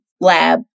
lab